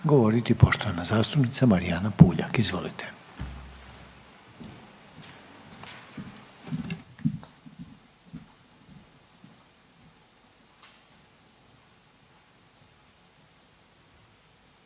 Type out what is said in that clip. govoriti poštovana zastupnica Dragana Jeckov, izvolite.